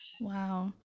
Wow